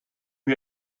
you